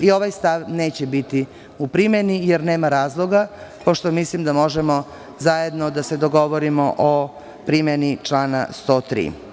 Ni ovaj stav neće biti u primeni, jer nema razloga, pošto mislim da možemo zajedno da se dogovorimo o primeni člana 103.